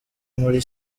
muri